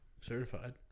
certified